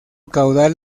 caudal